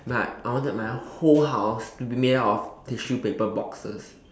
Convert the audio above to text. but I wanted my whole house to be made up of tissue paper boxes